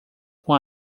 com